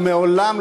או מעולם,